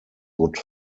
would